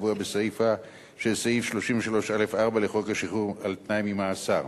הקבוע בסיפא של סעיף 33(א)(4) לחוק שחרור על-תנאי ממאסר,